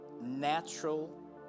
natural